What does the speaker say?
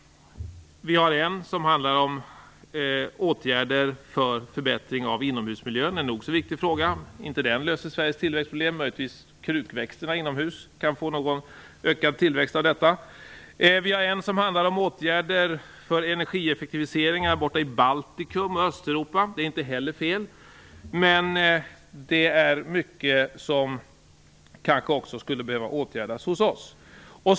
Det finns en punkt som handlar om åtgärder för förbättring av inomhusmiljön; en nog så viktig fråga, men inte löser den Sveriges tillväxtproblem - möjligtvis kan krukväxterna inomhus få ökad tillväxt av detta. Vi har en punkt som handlar om åtgärder för energieffektiviseringar borta i Baltikum och Östeuropa; det är inte heller fel, men det är mycket som kanske också skulle behöva åtgärdas hos oss.